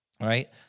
Right